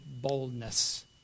boldness